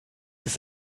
ist